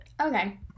Okay